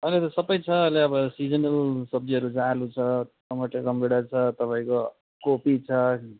अहिले त सबै छ अहिले अब सिजनल सब्जीहरू छ आलु छ टमाटर रामभेँडा छ तपाईँको कोपी छ